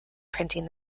printing